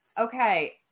okay